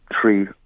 three